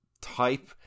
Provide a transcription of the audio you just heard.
type